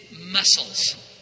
muscles